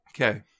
Okay